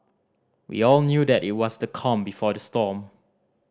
we all knew that it was the calm before the storm